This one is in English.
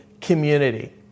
community